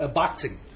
boxing